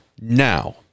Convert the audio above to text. now